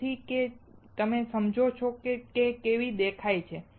તેથી કે તમે સમજો છો કે તે કેવી દેખાય છે